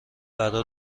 برا